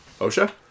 Osha